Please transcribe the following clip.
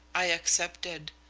i accepted.